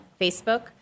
Facebook